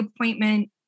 appointment